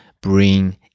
bring